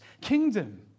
kingdom